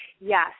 yes